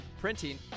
printing